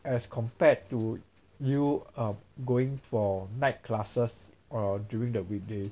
as compared to you uh going for night classes or during the weekday